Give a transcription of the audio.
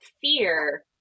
fear